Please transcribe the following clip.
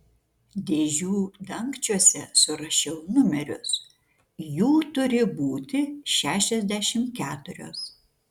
dėžių dangčiuose surašiau numerius jų turi būti šešiasdešimt keturios